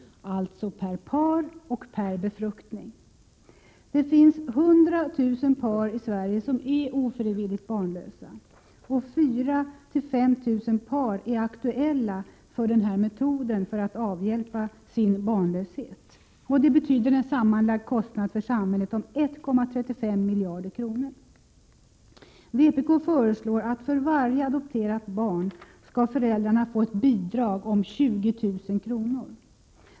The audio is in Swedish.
— alltså per par och per befruktning. Det finns 100 000 pari Sverige som är ofrivilligt barnlösa. 4 000-5 000 par är aktuella för denna metod att avhjälpa barnlösheten. Det betyder en sammanlagd kostnad för samhället om 1,35 miljarder kronor. Vpk föreslår att för varje adopterat barn skall föräldrarna få ett bidrag om 20 000 kr.